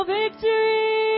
victory